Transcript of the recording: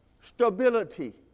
stability